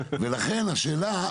לכן השאלה,